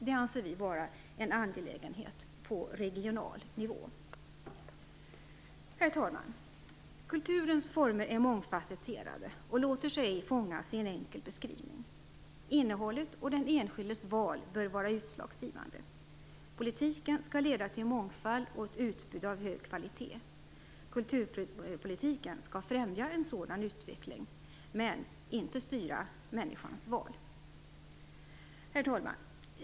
Det anser vi vara en angelägenhet på regional nivå. Herr talman! Kulturens former är mångfacetterade och låter sig ej fångas i en enkel beskrivning. Innehållet och den enskildes val bör vara utslagsgivande. Politiken skall leda till mångfald och ett utbud av hög kvalitet. Kulturpolitiken skall främja en sådan utveckling, men inte styra människans val. Herr talman!